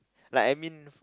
like I mean